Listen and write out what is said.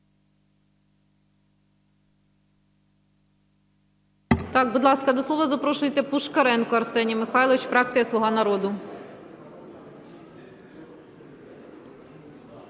Так, будь ласка, до слова запрошується Пушкаренко Арсеній Михайлович, фракція "Слуга народу".